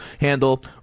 handle